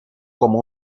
como